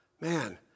man